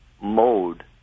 mode